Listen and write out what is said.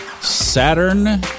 Saturn